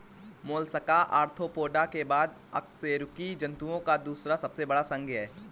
Mollusca Arthropoda के बाद अकशेरुकी जंतुओं का दूसरा सबसे बड़ा संघ है